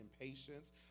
impatience